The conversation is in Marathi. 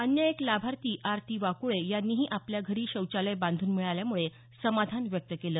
अन्य एक लाभार्थी आरती वाक्रळे यांनीही आपल्या घरी शौचालय बांधून मिळाल्यामुळे समाधान व्यक्त केलं